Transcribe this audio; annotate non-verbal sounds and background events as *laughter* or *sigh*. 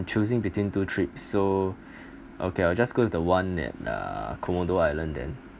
choosing between two trips so *breath* okay I'll just go to the one at uh komodo island then